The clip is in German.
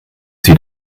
sie